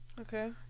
Okay